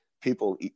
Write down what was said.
people